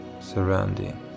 surrounding